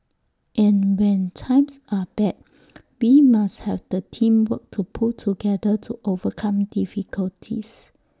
and when times are bad we must have the teamwork to pull together to overcome difficulties